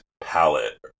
palette